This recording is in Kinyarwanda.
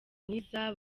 mwiza